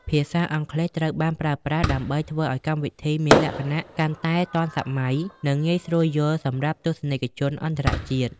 ភាសាអង់គ្លេសត្រូវបានប្រើប្រាស់ដើម្បីធ្វើឱ្យកម្មវិធីមានលក្ខណៈកាន់តែទាន់សម័យ និងងាយស្រួលយល់សម្រាប់ទស្សនិកជនអន្តរជាតិ។